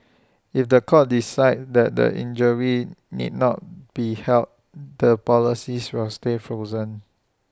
if The Court decides that the injury need not be held the policies will stay frozen